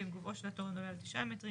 ואם גובהו של התורן עולה על 9 מטרים,